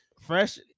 Fresh